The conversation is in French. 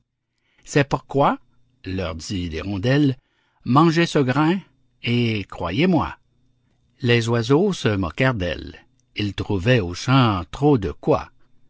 c'est pourquoi leur dit l'hirondelle mangez ce grain et croyez-moi les oiseaux se moquèrent d'elle ils trouvaient aux champs trop de quoi